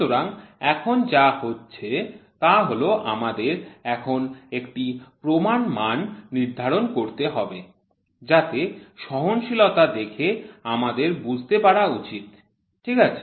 সুতরাং এখন যা হচ্ছে তা হল আমাদের এখন একটি প্রমাণ মান নির্ধারণ করতে হবে যাতে সহনশীলতা দেখে আমাদের বুঝতে পারা উচিত ঠিক আছে